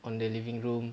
on the living room